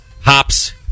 Hops